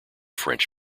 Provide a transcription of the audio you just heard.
french